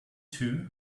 too